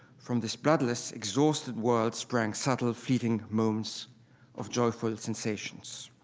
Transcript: from this bloodless, exhausted world sprang subtle, fleeting moments of joyful sensations.